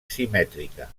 simètrica